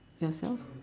yourself